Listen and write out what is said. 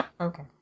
Okay